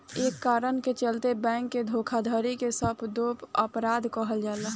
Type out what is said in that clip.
कए कारण के चलते बैंक के धोखाधड़ी के सफेदपोश अपराध कहल जाला